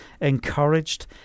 encouraged